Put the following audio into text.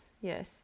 Yes